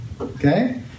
Okay